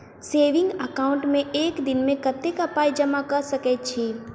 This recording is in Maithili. सेविंग एकाउन्ट मे एक दिनमे कतेक पाई जमा कऽ सकैत छी?